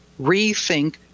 rethink